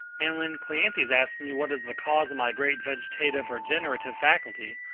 and when cleanthes asks me what is the cause of my great vegetative or generative faculty,